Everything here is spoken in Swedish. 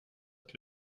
att